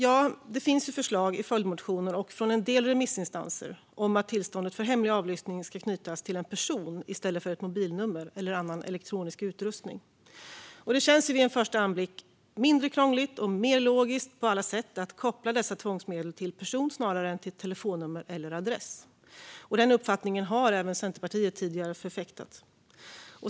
Det finns förslag i följdmotioner och från en del remissinstanser om att tillståndet för hemlig avlyssning ska knytas till en person i stället för till ett mobilnummer eller annan elektronisk utrustning. Det känns vid en första anblick mindre krångligt och på alla sätt mer logiskt att koppla dessa tvångsmedel till person snarare än till telefonnummer eller adress. Denna uppfattning har även Centerpartiet tidigare förfäktat.